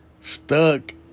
stuck